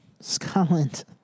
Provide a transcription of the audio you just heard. Scotland